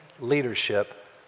leadership